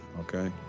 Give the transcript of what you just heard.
okay